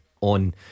On